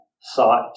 sought